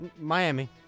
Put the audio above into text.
Miami